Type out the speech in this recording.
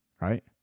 right